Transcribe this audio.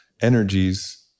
energies